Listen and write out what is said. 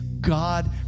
God